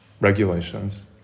regulations